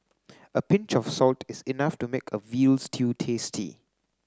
a pinch of salt is enough to make a veal stew tasty